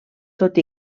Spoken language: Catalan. tot